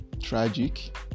tragic